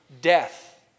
death